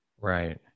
Right